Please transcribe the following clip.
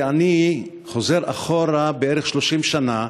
כי אני חוזר אחורה בערך 30 שנה,